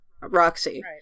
Roxy